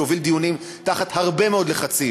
שהוביל דיונים תחת הרבה מאוד לחצים.